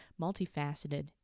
multifaceted